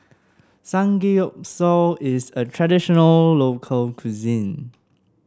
samgeyopsal is a traditional local cuisine